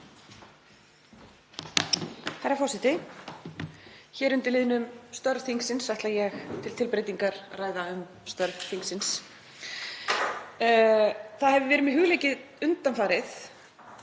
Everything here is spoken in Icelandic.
Herra forseti. Hér undir liðnum störf þingsins ætla ég til tilbreytingar að ræða um störf þingsins. Það hefur verið mér hugleikið undanfarið